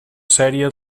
sèrie